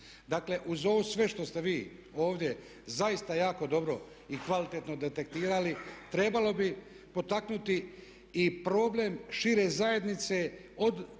Dakle, uz ovo sve što ste vi ovdje zaista jako dobro i kvalitetno detektirali trebalo bi potaknuti i problem šire zajednice